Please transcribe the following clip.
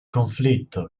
conflitto